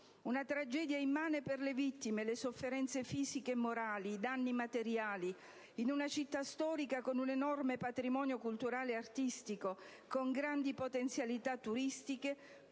una tragedia immane per le vittime, le sofferenze fisiche e morali e i danni materiali, in una città storica con un enorme patrimonio culturale e artistico, con grandi potenzialità turistiche